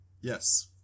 Yes